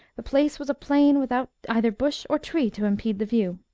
the place was a plain without either bush or tree to impede the view.